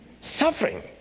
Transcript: Suffering